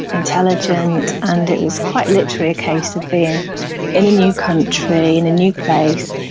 intelligent, and it was quite literally a case of being in a new country, in a new place,